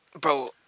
Bro